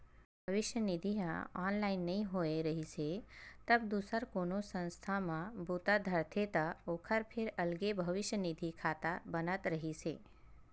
भविस्य निधि ह ऑनलाइन नइ होए रिहिस हे तब दूसर कोनो संस्था म बूता धरथे त ओखर फेर अलगे भविस्य निधि खाता बनत रिहिस हे